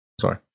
Sorry